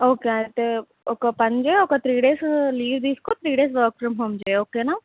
okay అయితే ఒక పని చెయ్యి ఒక త్రీ డేస్ లీవ్ తీసుకుని three days work from home చేయ్యి ఓకేనా